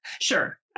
Sure